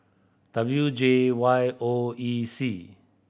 W J Y O E C